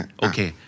okay